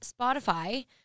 Spotify